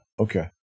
okay